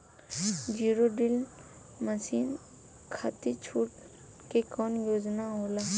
Zero till machine खाती छूट के कवन योजना होला?